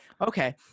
Okay